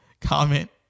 comment